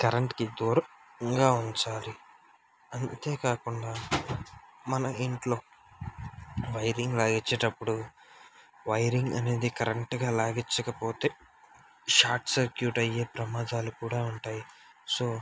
కరెంట్కి దూరంగా ఉంచాలి అంతే కాకుండా మన ఇంట్లో వైరింగ్ లాగించేటప్పుడు వైరింగ్ అనేది కరెక్ట్గా లాగించకపోతే షార్ట్ సర్క్యూట్ అయ్యే ప్రమాదాలు కూడా ఉంటాయి సో